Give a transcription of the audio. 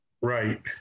Right